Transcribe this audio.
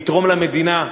יתרום למדינה,